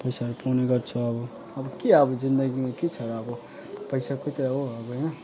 पैसाहरू पाउने गर्छ अब अब के अब जिन्दगीमा के छ र अब पैसाकै त हो अब होइन